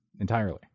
entirely